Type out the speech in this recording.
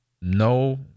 No